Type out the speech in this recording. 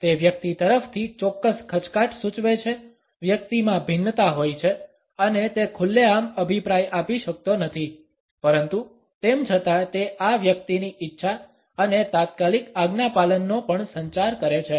તે વ્યક્તિ તરફથી ચોક્કસ ખચકાટ સૂચવે છે વ્યક્તિમાં ભિન્નતા હોય છે અને તે ખુલ્લેઆમ અભિપ્રાય આપી શકતો નથી પરંતુ તેમ છતાં તે આ વ્યક્તિની ઇચ્છા અને તાત્કાલિક આજ્ઞાપાલનનો પણ સંચાર કરે છે